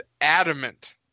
adamant